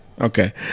Okay